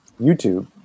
YouTube